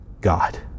god